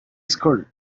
school